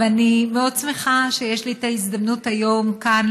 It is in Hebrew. אני מאוד שמחה שיש לי את ההזדמנות כאן